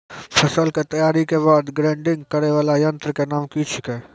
फसल के तैयारी के बाद ग्रेडिंग करै वाला यंत्र के नाम की छेकै?